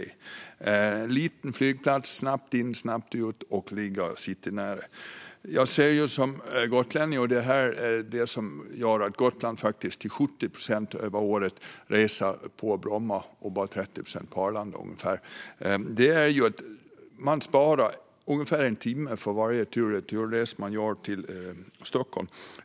Det är en liten flygplats, snabbt in och snabbt ut, och den ligger citynära. Det som gör att Gotland till 70 procent över året reser på Bromma och bara 30 procent på Arlanda är att man sparar ungefär en timme för en tur-och-retur-resa till Stockholm.